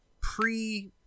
pre